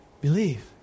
Believe